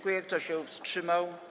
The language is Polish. Kto się wstrzymał?